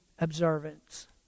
observance